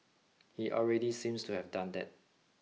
he already seems to have done that